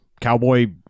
cowboy